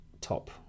top